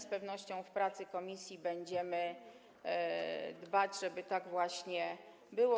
Z pewnością w pracy komisji będziemy dbać, żeby tak właśnie było.